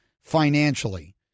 financially